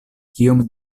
kiom